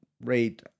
rate